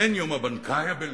אין יום הבנקאי הבין-לאומי,